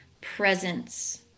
presence